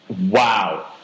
Wow